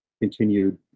continued